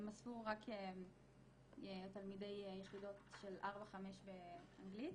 הם אספו רק תלמידים של 4-5 יחידות באנגלית.